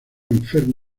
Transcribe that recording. enfermo